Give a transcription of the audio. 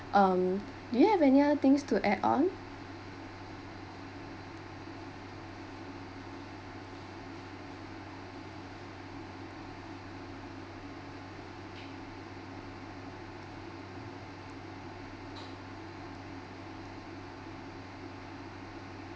um do you have any other things to add on